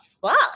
fuck